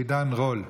עידן רול.